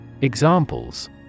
Examples